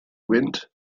wind